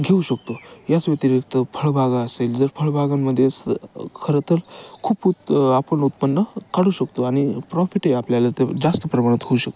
घेऊ शकतो याच व्यतिरिक्त फळबागा असेल जर फळबागांमध्येच खरं तर खूप उत् आपण उत्पन्न काढू शकतो आणि प्रॉफिटही आपल्याला ते जास्त प्रमाणात होऊ शकतो